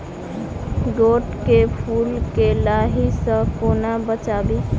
गोट केँ फुल केँ लाही सऽ कोना बचाबी?